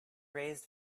raised